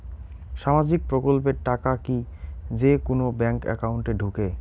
সামাজিক প্রকল্পের টাকা কি যে কুনো ব্যাংক একাউন্টে ঢুকে?